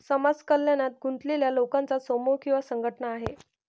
समाज कल्याणात गुंतलेल्या लोकांचा समूह किंवा संघटना आहे